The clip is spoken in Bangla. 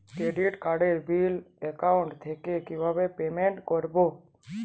ক্রেডিট কার্ডের বিল অ্যাকাউন্ট থেকে কিভাবে পেমেন্ট করবো?